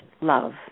love